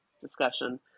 discussion